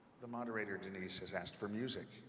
the moderator, denise, has asked for music,